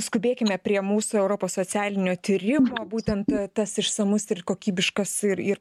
skubėkime prie mūsų europos socialinio tyrimo būtent tas išsamus ir kokybiškas ir ir